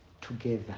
together